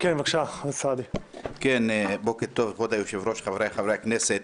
בוקר טוב, כבוד היושב-ראש, חבריי חברי הכנסת,